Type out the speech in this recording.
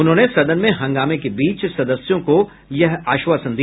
उन्होंने सदन में हंगामें के बीच सदस्यों को यह आश्वासन दिया